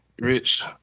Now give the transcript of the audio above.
Rich